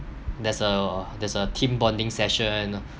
there's a there's a team bonding session